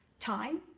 time?